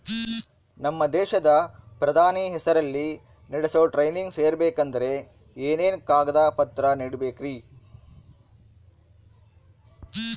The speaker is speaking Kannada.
ನಮ್ಮ ದೇಶದ ಪ್ರಧಾನಿ ಹೆಸರಲ್ಲಿ ನಡೆಸೋ ಟ್ರೈನಿಂಗ್ ಸೇರಬೇಕಂದರೆ ಏನೇನು ಕಾಗದ ಪತ್ರ ನೇಡಬೇಕ್ರಿ?